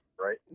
right